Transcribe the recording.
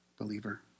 believer